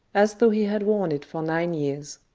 as though he had worn it for nine years.